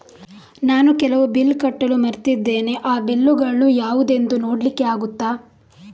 ನಾನು ಕೆಲವು ಬಿಲ್ ಕಟ್ಟಲು ಮರ್ತಿದ್ದೇನೆ, ಆ ಬಿಲ್ಲುಗಳು ಯಾವುದೆಂದು ನೋಡ್ಲಿಕ್ಕೆ ಆಗುತ್ತಾ?